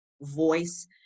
voice